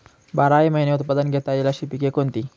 बाराही महिने उत्पादन घेता येईल अशी पिके कोणती?